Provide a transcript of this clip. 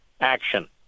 action